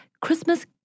Christmas